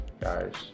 guys